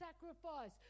sacrifice